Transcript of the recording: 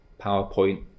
PowerPoint